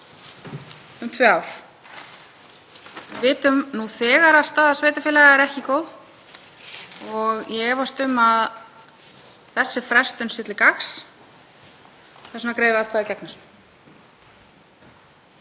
um tvö ár. Við vitum nú þegar að staða sveitarfélaga er ekki góð og ég efast um að þessi frestun sé til gagns. Þess vegna greiðum við atkvæði gegn